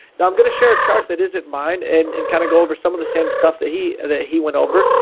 now i'm going to share a chart that isn't mine and and kind of go over some of the same stuff that he that he went over.